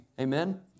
Amen